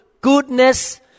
goodness